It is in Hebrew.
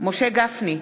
משה גפני,